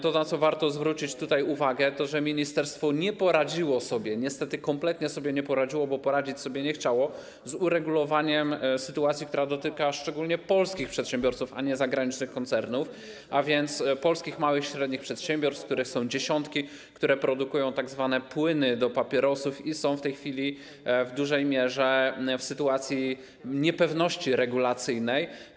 To, na co warto zwrócić tutaj uwagę, to że ministerstwo nie poradziło sobie - niestety kompletnie sobie nie poradziło, bo poradzić sobie nie chciało - z uregulowaniem sytuacji, która dotyka szczególnie polskich przedsiębiorców, a nie zagranicznych koncernów, a więc polskich małych i średnich przedsiębiorstw, których są dziesiątki, które produkują tzw. płyny do papierosów i są w tej chwili w dużej mierze w sytuacji niepewności regulacyjnej.